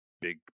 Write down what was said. big